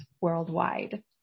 worldwide